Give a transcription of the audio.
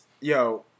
yo